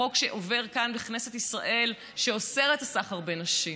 חוק שעובר כאן בכנסת ישראל שאוסר את הסחר בנשים,